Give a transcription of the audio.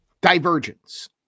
divergence